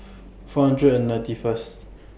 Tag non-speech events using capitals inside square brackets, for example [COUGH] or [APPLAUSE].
[NOISE] four hundred and ninety First